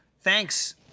Thanks